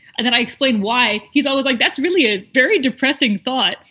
and then i explain why he's always like, that's really a very depressing thought.